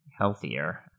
healthier